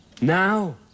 now